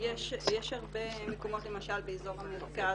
יש הרבה מקומות למשל באזור המרכז.